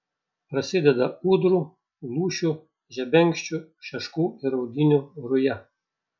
prasideda ūdrų lūšių žebenkščių šeškų ir audinių ruja